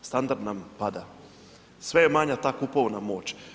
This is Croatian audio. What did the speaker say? Standard nam pada, sve je manja ta kupovna moć.